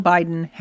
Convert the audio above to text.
Biden